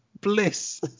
bliss